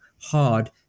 hard